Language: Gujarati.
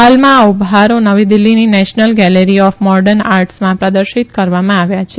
હાલમાં આ ઉપહારો નવી દિલ્હીની નેશનલ ગેલેરી ઓફ મોર્ડન આટર્સમાં પ્રદર્શિત કરવામાં આવ્યા છે